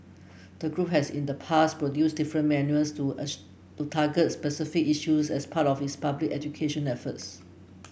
the group has in the past produced different manuals to to target specific issues as part of its public education efforts